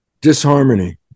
Disharmony